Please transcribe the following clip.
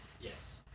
Yes